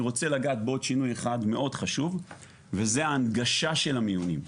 אני רוצה לגעת בו שינוי אחד מאוד חשוב וזה ההנגשה של המיונים.